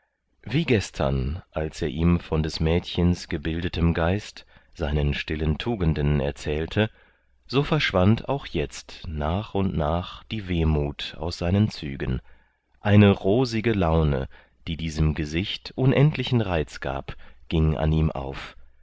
wie gestern als er ihm von des mädchens gebildetem geist seinen stillen tugenden erzählte so verschwand auch jetzt nach und nach die wehmut aus seinen zügen eine rosige laune die diesem gesicht unendlichen reiz gab ging an ihm auf